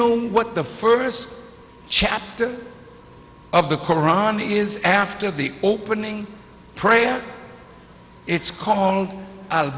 know what the first chapter of the koran is after the opening prayer it's called